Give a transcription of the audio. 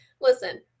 Listen